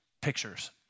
pictures